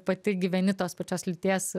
pati gyveni tos pačios lyties